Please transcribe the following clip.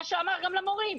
גם שאמר גם למורים,